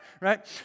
Right